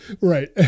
right